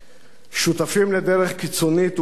שותפים לדרך קיצונית ומשיחית